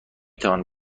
توانم